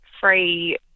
free